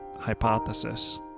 hypothesis